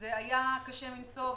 זה היה קשה מנשוא.